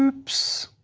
oops.